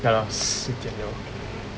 ya lah 十点了